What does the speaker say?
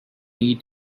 eat